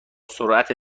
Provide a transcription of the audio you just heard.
سرعت